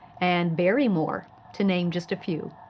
and bearymore, to name just a few.